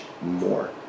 more